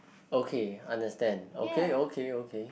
okay understand okay okay okay